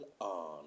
on